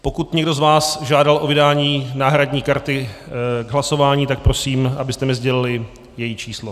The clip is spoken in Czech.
Pokud někdo z vás žádal o vydání náhradní karty k hlasování, tak prosím, abyste mi sdělili její číslo.